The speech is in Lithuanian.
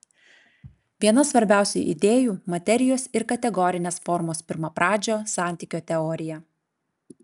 viena svarbiausių idėjų materijos ir kategorinės formos pirmapradžio santykio teorija